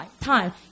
time